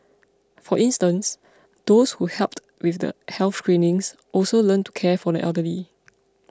for instance those who helped with the health screenings also learnt to care for the elderly